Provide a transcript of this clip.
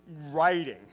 writing